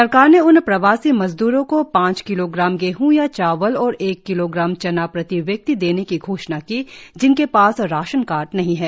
सरकार ने उन प्रवासी मजदूरों को पांच किलोग्राम गेंह या चावल और एक किलोग्राम चना प्रति व्यक्ति देने की घोषणा की जिनके पास राशन कार्ड नहीं है